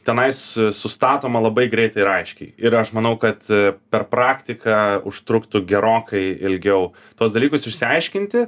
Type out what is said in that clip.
tenais sustatoma labai greitai ir aiškiai ir aš manau kad per praktiką užtruktų gerokai ilgiau tuos dalykus išsiaiškinti